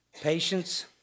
Patience